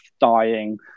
dying